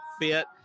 fit